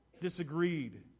disagreed